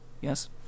Yes